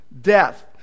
death